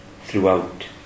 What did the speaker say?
throughout